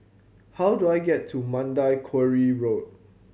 how do I get to Mandai Quarry Road